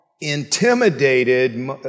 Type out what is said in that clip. Intimidated